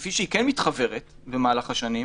כפי שהיא כן מתחוורת במהלך השנים,